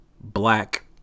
Black